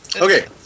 Okay